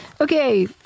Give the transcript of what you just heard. Okay